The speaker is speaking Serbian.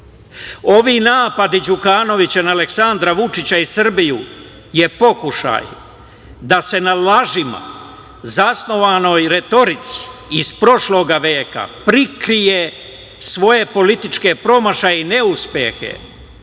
napadi Đukanovića na Aleksandra Vučića i Srbiju je pokušaj da se na lažima zasnovanoj retorici iz prošlog veka prikrije svoje političke promašaje i neuspehe,